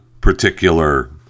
particular